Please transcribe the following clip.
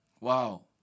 Wow